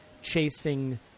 chasing